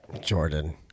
Jordan